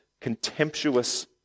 contemptuous